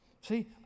See